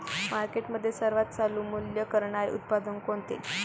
मार्केटमध्ये सर्वात चालू मूल्य मिळणारे उत्पादन कोणते?